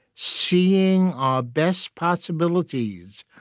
seeing our best possibilities,